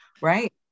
right